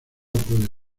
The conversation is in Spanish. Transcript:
puede